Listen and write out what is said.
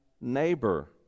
neighbor